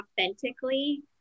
authentically